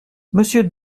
monsieur